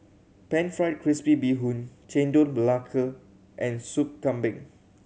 Pan Fried Crispy Bee Hoon Chendol Melaka and Soup Kambing